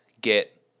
get